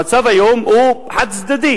המצב היום הוא חד-צדדי.